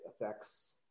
affects